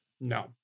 No